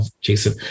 Jason